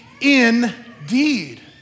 indeed